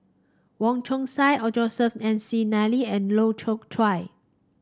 Wong Chong Sai or Joseph McNally and Loy choke Chuan